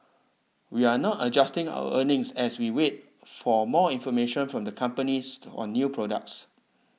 we are not adjusting our earnings as we await for more information from the companies on new products